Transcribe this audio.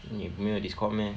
你没有 Discord meh